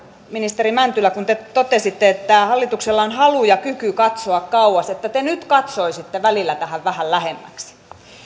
ministeri mäntylä kun te totesitte että hallituksella on halu ja kyky katsoa kauas että te nyt katsoisitte välillä tähän vähän lähemmäksi